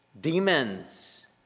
demons